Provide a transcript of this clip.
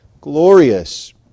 glorious